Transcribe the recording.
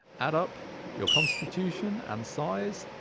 add up your constitution and size,